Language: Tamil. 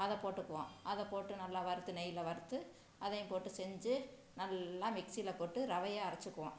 அதை போட்டுக்குவோம் அதை போட்டு நல்லா வறுத்து நெய்யில் வறுத்து அதையும் போட்டு செஞ்சு நல்லா மிக்ஸியில் போட்டு ரவையை அரைத்துக்குவோம்